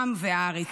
העם והארץ.